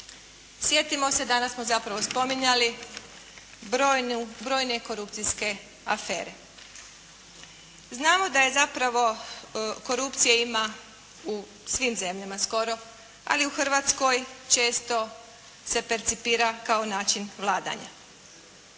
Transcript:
Sjetimo se danas smo zapravo spominjali brojne korupcijske afere. Znamo da je zapravo korupcije ima u svim zemljama skoro, ali u Hrvatskoj često se percipira kao način vladanja.